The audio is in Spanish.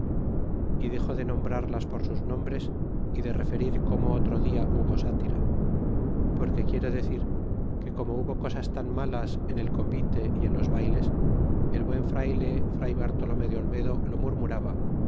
é dexo de nombrarlas por sus nombres é de referir como otro dia hubo sátira porque quiero decir que como hubo cosas tan malas en el convite y en los bayles el buen frayle fray bartolome de olmedo lo murmuraba